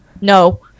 No